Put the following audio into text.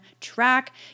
track